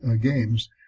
games